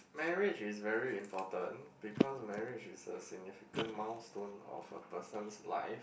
marriage is very important because marriage is a significant milestone of a person's life